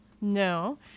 No